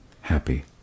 happy